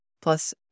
plus